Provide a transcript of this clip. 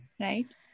right